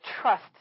trust